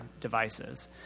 devices